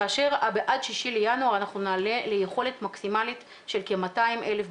כאשר עד 6 בינואר אנחנו נעלה ליכולת מקסימלית של כ-200,000 בדיקות,